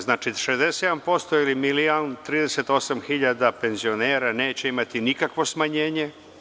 Znači, 61% ili milion 38 hiljada penzionera neće imati nikakvo smanjenje.